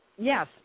Yes